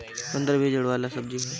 चुकंदर भी जड़ वाला सब्जी हअ